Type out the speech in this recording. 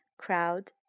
crowd